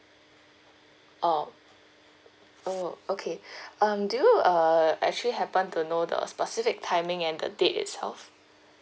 orh oh okay um do you err actually happen to know the specific timing and the date itself